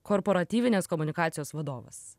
korporatyvinės komunikacijos vadovas